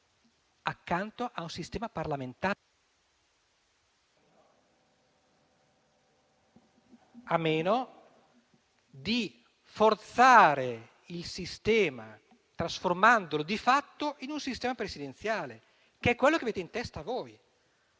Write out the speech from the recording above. disattiva automaticamente) ...*a meno di forzare il sistema trasformandolo di fatto in un sistema presidenziale, che è quello che avete in testa voi.